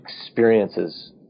experiences